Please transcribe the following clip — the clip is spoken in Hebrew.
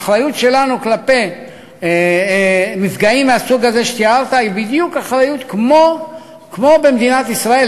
האחריות שלנו כלפי מפגעים מהסוג הזה שתיארת היא בדיוק כמו במדינת ישראל.